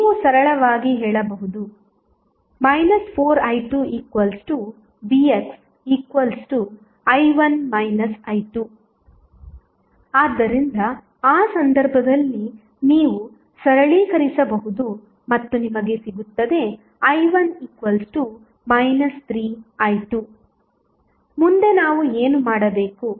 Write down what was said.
ನೀವು ಸರಳವಾಗಿ ಹೇಳಬಹುದು 4i2vxi1 i2 ಆದ್ದರಿಂದ ಆ ಸಂದರ್ಭದಲ್ಲಿ ನೀವು ಸರಳೀಕರಿಸಬಹುದು ಮತ್ತು ನಿಮಗೆ ಸಿಗುತ್ತದೆ i1 3i2 ಮುಂದೆ ನಾವು ಏನು ಮಾಡಬೇಕು